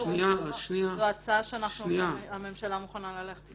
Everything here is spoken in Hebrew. זאת הצעה שהממשלה מוכנה ללכת איתה.